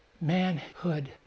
manhood